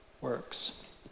works